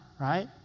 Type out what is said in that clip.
right